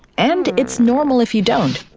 and it's normal if you don't.